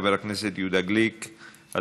חבר הכנסת יהודה גליק,